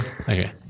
okay